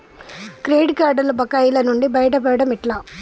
Credit కార్డుల బకాయిల నుండి బయటపడటం ఎట్లా?